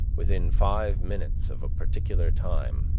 within five minutes of a particular time,